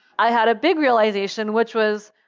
i had a big realization which was,